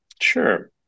Sure